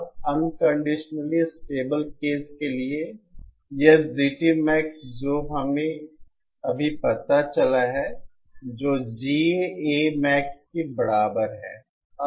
अब unconditionally stable case के लिए यह GT Max जो हमें अभी पता चला है जो GAMax के बराबर है